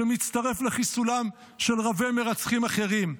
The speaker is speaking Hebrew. שמצטרף לחיסולם של רבי-מרצחים אחרים,